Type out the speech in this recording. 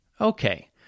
Okay